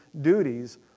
duties